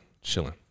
chilling